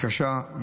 והיא קשה,